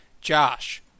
Josh